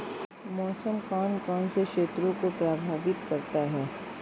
मौसम कौन कौन से क्षेत्रों को प्रभावित करता है?